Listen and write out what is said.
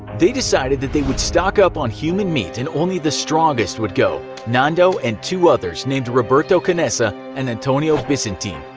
they decided they would stock up on human meat and only the strongest would go, nando, and two others named roberto canessa and antonio vizintin.